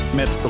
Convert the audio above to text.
met